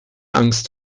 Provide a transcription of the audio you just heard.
angst